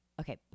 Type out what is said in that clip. okay